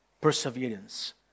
perseverance